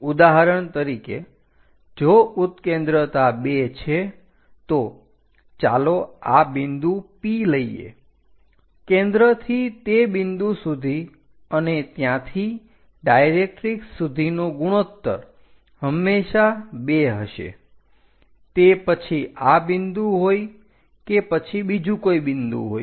ઉદાહરણ તરીકે જો ઉત્કેન્દ્રતા 2 છે તો ચાલો આ બિંદુ P લઈએ કેન્દ્રથી તે બિંદુ સુધી અને ત્યાંથી ડાયરેક્ટરીક્ષ સુધીનો ગુણોત્તર હંમેશા 2 હશે તે પછી આ બિંદુ હોય કે પછી બીજું કોઈ બિંદુ હોય